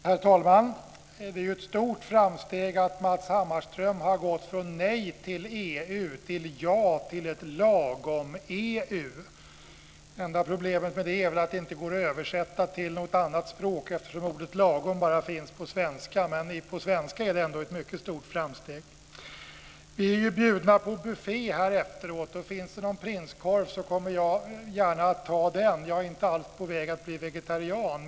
Herr talman! Det är ett stort framsteg att Matz Hammarström har gått från nej till EU till ja till ett lagom-EU. Enda problemet med det är att det inte går att översätta till något annat språk, eftersom ordet lagom bara finns på svenska. Men på svenska är det ändå ett mycket stort framsteg. Vi är bjudna på buffé här efteråt. Finns det någon prinskorv kommer jag gärna att ta den. Jag är inte alls på väg att bli vegetarian.